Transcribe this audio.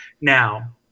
Now